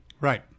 Right